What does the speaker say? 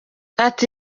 ati